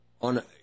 on